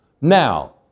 Now